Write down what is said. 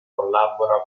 collabora